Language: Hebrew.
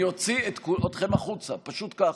אני אוציא אתכם החוצה, פשוט ככה.